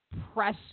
press